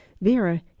Vera